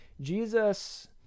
Jesus